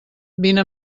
vine